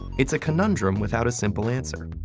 it's a conundrum without a simple answer.